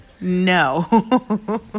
no